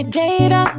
data